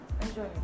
Enjoy